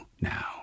now